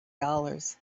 dollars